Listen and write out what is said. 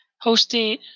hosting